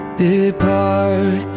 depart